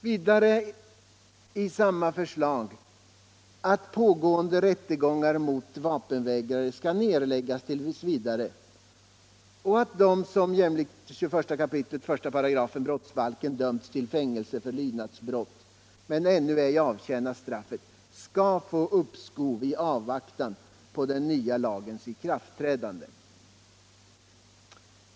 Vidare bör i samma förslag tas med bestämmelser om att pågående rättegångar mot vapenvägrare skall nedläggas t. v. och att de som jämlikt 21 kap. 1§ brottsbalken dömts till fängelse för lydnadsbrott, men ännu ej avtjänat straffet, skall få uppskov i avvaktan på den nya lagens i kraftträdande.